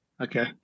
Okay